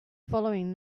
following